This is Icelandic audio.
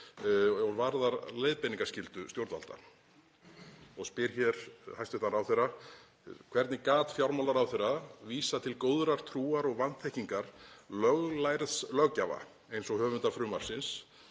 og varðar leiðbeiningarskyldu stjórnvalda. Ég spyr hæstv. ráðherra: Hvernig gat fjármálaráðherra vísað til góðrar trúar og vanþekkingar löglærðs löggjafa eins og höfundar frumvarpsins,